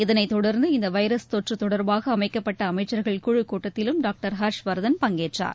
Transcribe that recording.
இதனைத் தொடர்ந்து இந்த வைரஸ் தொற்று தொடர்பாக அமைக்கப்பட்ட அமைச்சர்கள் குழி கூட்டத்திலும் டாக்டர் ஹர்ஷவர்தன் பங்கேற்றார்